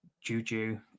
Juju